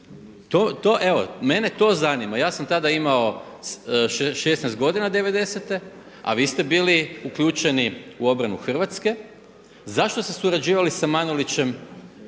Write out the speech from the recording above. Evo mene to zanima, ja sam tada imao 16 godina 90.te a vi ste bili uključeni u obranu Hrvatske, zašto ste surađivali sa Manolićem i